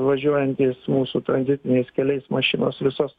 važiuojantys mūsų tranzitiniais keliais mašinos visos